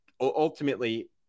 ultimately